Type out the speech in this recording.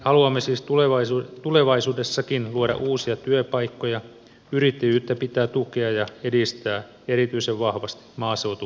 mikäli haluamme siis tulevaisuudessakin luoda uusia työpaikkoja yrittäjyyttä pitää tukea ja edistää erityisen vahvasti maaseutualueilla